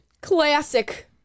Classic